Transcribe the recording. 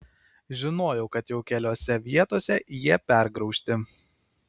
žinojau kad jau keliose vietose jie pergraužti